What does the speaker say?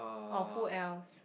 or who else